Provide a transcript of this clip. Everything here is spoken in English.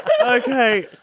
Okay